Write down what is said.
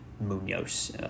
Munoz